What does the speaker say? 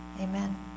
Amen